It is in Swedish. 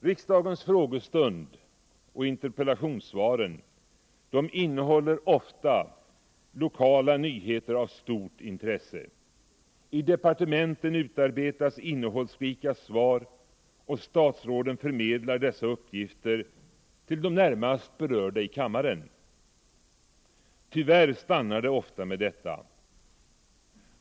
Riksdagens frågestunder och interpellationsdebatter innehåller ofta lokala nyheter av stort intresse. I departementen utarbetas innehållsrika svar, och statsråden förmedlar dessa uppgifter till de närmast berörda i kammaren. Tyvärr stannar det ofta vid detta.